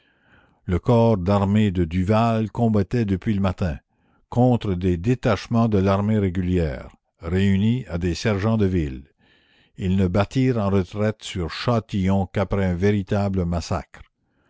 le corps d'armée de duval combattait depuis le matin contre des détachements de l'armée régulière réunis à des sergents de ville ils ne battirent en retraite sur châtillon qu'après un véritable massacre